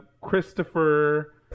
Christopher